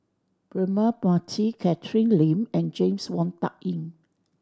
Braema Mathi Catherine Lim and James Wong Tuck Yim